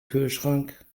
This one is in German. kühlschrank